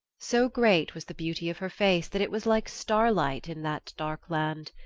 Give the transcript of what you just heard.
so great was the beauty of her face that it was like starlight in that dark land.